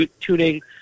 tuning